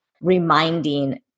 reminding